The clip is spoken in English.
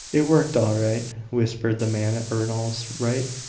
it worked all right, whispered the man at ernol's right,